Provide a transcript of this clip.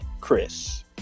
Chris